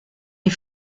les